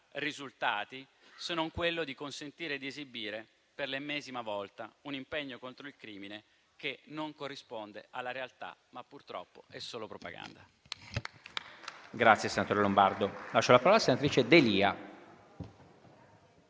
risultati se non quello di consentire di esibire per l'ennesima volta un impegno contro il crimine che non corrisponde alla realtà, ma purtroppo è solo propaganda.